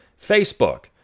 Facebook